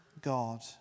God